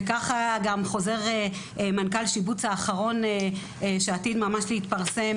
וככה גם חוזר מנכ"ל שיבוץ האחרון שעתיד ממש להתפרסם